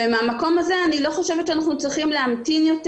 מהמקום הזה אני לא חושבת שאנחנו צריכים להמתין יותר.